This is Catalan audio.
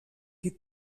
qui